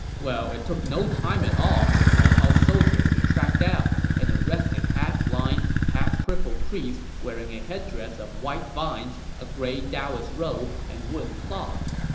well, it took no time at all for cao cao's soldiers to track down and arrest a half-blind, half-crippled priest wearing a headdress of white vines, a gray taoist robe, and wooden clogs.